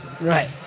Right